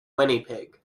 winnipeg